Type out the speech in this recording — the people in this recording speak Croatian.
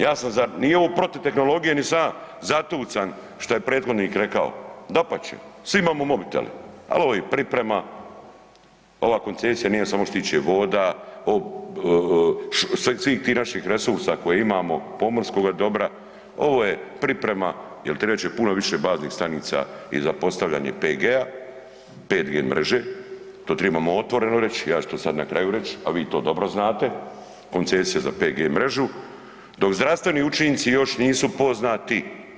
Nije ovo protiv tehnologije nit sam ja zatucan šta je prethodnik rekao, dapače, svi imamo mobitele ali ovo je priprema, ova koncesija nije samo što se tiče voda, svih tih naših resursa koje imamo, pomorskoga dobra, ovo je priprema jer trebat će puno više baznih stanica i za postavljanje 5G mreže, to trebamo otvoreno reći, ja ću to sad na kraju reći a vi to dobro znate, koncesija za 5G mrežu dok zdravstveni učinci još nisu poznati.